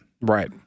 Right